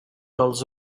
dels